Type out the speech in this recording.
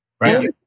Right